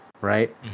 right